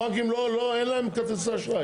הבנקים לא, לא, אין להם כרטיסי אשראי.